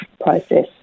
process